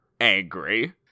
angry